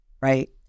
right